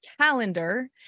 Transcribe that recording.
calendar